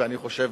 ואני חושב,